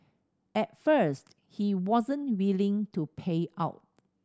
at first he wasn't willing to pay up